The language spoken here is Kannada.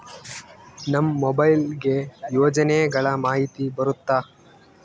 ನಮ್ ಮೊಬೈಲ್ ಗೆ ಯೋಜನೆ ಗಳಮಾಹಿತಿ ಬರುತ್ತ?